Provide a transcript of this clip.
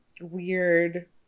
weird